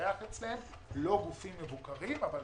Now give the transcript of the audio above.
לא גופים מבוקרים, שנתארח אצלם, אבל